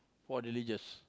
for religious